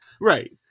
right